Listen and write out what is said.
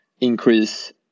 increase